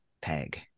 peg